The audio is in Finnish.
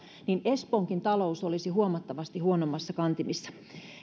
espoonkin talous olisi huomattavasti huonommissa kantimissa